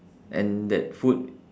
and that food